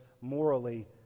morally